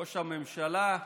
ראש הממשלה,